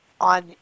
on